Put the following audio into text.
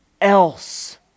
else